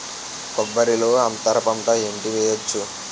కొబ్బరి లో అంతరపంట ఏంటి వెయ్యొచ్చు?